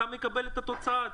אתה מקבל את התוצאה הזאת,